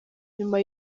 nyuma